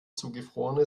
zugefrorene